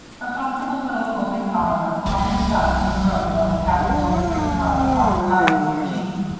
her comfortable little open car often stopped in the road above the captain's old freight car to honk loudly for jeanne,